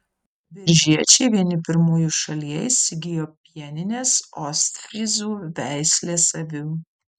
biržiečiai vieni pirmųjų šalyje įsigijo pieninės ostfryzų veislės avių